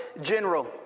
general